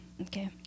Okay